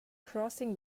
crossing